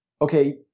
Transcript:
okay